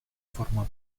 formar